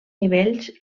nivells